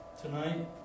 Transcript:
tonight